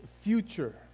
future